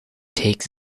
takes